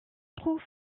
trouve